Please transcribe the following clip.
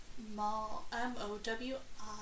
M-O-W-I